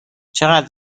چقدر